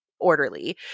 orderly